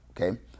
Okay